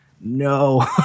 no